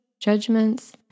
Judgments